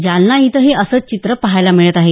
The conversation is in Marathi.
जालना इथंही असंच चित्रं पहायला मिळत आहे